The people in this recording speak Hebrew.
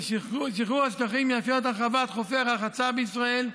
שחרור השטחים יאפשר הרחבת חופי הרחצה בישראל,